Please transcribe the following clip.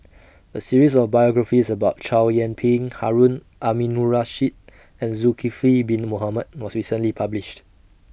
A series of biographies about Chow Yian Ping Harun Aminurrashid and Zulkifli Bin Mohamed was recently published